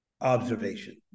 observation